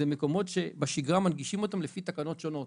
זה מקומות שבשגרה מנגישים אותם לפי תקנות שונות,